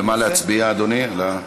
על מה להצביע, אדוני?